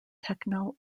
techno